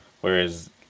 whereas